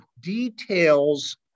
details